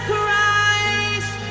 Christ